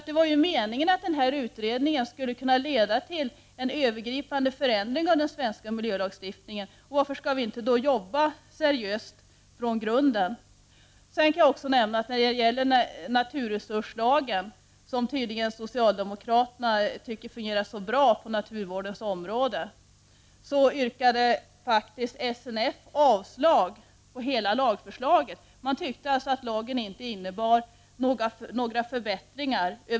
Det var meningen att den här utredningen skulle kunna leda till en övergripande förändring av den svenska miljölagstiftningen. Varför får vi då inte arbeta seriöst från grunden? Socialdemokraterna tycker tydligen att naturresurslagen fungerar så bra på naturvårdsområdet. SNF yrkade faktiskt avslag på hela lagförslaget. Man tyckte således att lagen över huvud taget inte innebar några förbättringar.